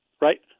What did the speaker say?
right